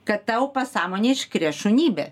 kad tau pasąmonė iškrės šunybę